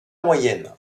moyenne